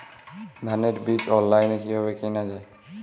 ধানের বীজ অনলাইনে কিভাবে কেনা যায়?